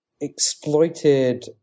exploited